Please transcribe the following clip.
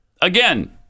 Again